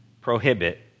prohibit